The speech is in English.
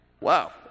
Wow